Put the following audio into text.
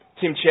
Tim